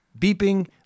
beeping